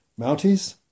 Mounties